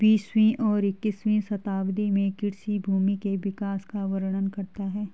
बीसवीं और इक्कीसवीं शताब्दी में कृषि भूमि के विकास का वर्णन करता है